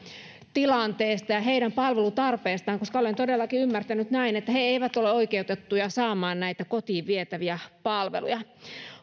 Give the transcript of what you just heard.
tilanteesta ja heidän palvelutarpeestaan koska olen todellakin ymmärtänyt näin että he he eivät ole oikeutettuja saamaan näitä kotiin vietäviä palveluja